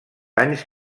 anys